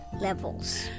levels